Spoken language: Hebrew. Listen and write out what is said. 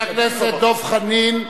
חבר הכנסת דב חנין.